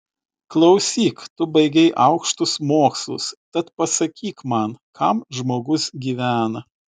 klausyk tu baigei aukštus mokslus tad pasakyk man kam žmogus gyvena